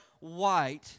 white